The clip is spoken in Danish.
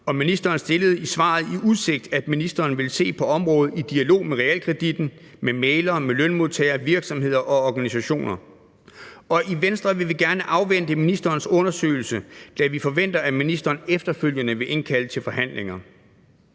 og ministeren stillede i svaret i udsigt, at ministeren ville se på området i dialog med realkreditten, med mæglere, med lønmodtagere og virksomheder og organisationer. Og i Venstre vil vi gerne afvente ministerens undersøgelse, da vi forventer, at ministeren efterfølgende vil indkalde til forhandlinger.